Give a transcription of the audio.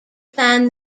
plan